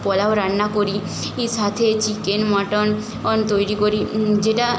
পোলাও রান্না করি ই সাথে চিকেন মাটন অন তৈরি করি যেটা